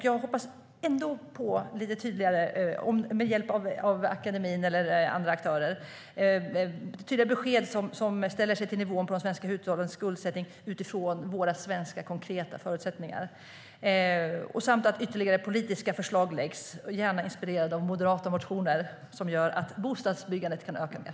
Jag hoppas ändå att vi - med hjälp av akademin eller andra aktörer - snart får något tydligare besked om hur regeringen ställer sig till nivån på de svenska hushållens skuldsättning utifrån våra konkreta förutsättningar, samt att ytterligare politiska förslag läggs, gärna inspirerade av moderata motioner, som gör att bostadsbyggandet kan öka mer.